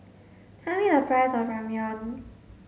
tell me the price of Ramyeon